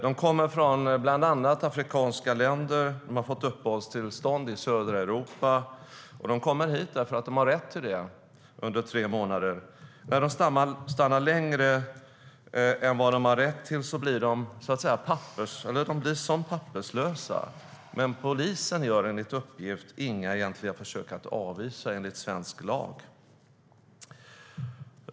De kommer från bland annat afrikanska länder, och de har fått uppehållstillstånd i södra Europa och kommer hit därför att de har rätt till det under tre månader. När de stannar längre än vad de har rätt till blir de som papperslösa, men polisen gör enligt uppgift inga försök att avvisa dem enligt svensk lag.